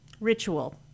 ritual